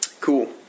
Cool